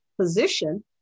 position